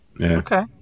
Okay